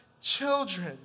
children